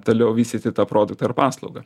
toliau vystyti tą produktą ir paslaugą